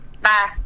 Bye